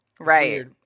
Right